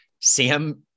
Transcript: Sam